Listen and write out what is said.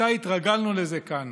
מתי התרגלנו לזה כאן?